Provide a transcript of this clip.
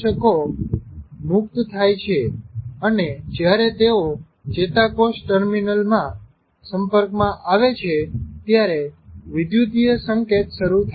ચાલો આપણે આ જટીલ પ્રક્રિયા વિશે ચિંતા ન કરીએ તેઓ ફરી પ્રક્રીયા કરે છે અને જ્યારે તેઓ ચેતાકોષ ટર્મિનલના સંપર્ક માં આવે છે ત્યારે વિધુતીય સંકેત શરુ થાય છે